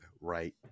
right